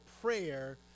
prayer